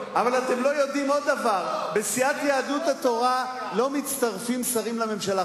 אבל אתם לא יודעים עוד דבר: בסיעת יהדות התורה לא מצטרפים שרים לממשלה.